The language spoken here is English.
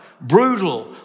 brutal